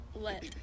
let